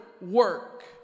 work